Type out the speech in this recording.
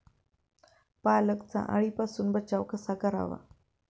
पालकचा अळीपासून बचाव कसा करावा?